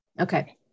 Okay